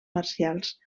marcials